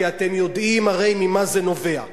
כי אתם יודעים הרי ממה זה נובע.